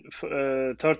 third